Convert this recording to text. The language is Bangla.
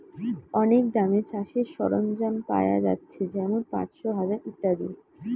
অনেক দামে চাষের সরঞ্জাম পায়া যাচ্ছে যেমন পাঁচশ, হাজার ইত্যাদি